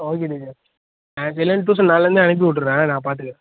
okay teacher ஆ இதிலேருந்து tuition நாளைலேருந்து அனுப்பி விட்டுட்றேன் நான் பார்த்துக்குறேன்